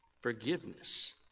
forgiveness